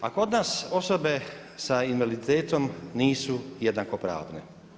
A kod nas osobe sa invaliditetom nisu jednakopravne.